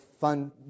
fun